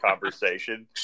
conversation